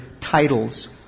titles